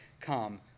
come